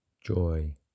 joy